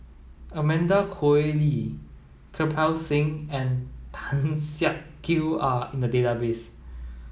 Amanda Koe Lee Kirpal Singh and Tan Siak Kew are in the database